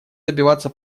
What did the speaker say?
добиваться